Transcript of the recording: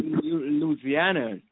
Louisiana